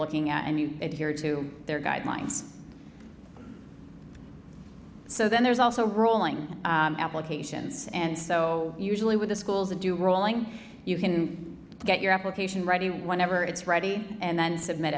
looking at and you adhere to their guidelines so then there's also rolling applications and so usually with the schools and you rolling you can get your application ready whenever it's ready and then submit